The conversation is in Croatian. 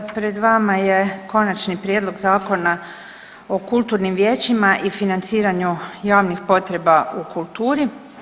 Pred vama je Konačni prijedlog Zakona o kulturnim vijećima i financiranju javnih potreba u kulturi.